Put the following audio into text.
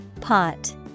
pot